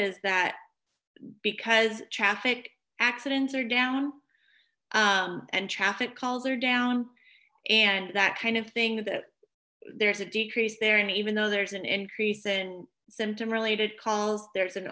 is that because traffic accidents are down and traffic calls are down and that kind of thing that there's a decrease there and even though there's an increase in symptom related calls there's an